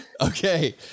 Okay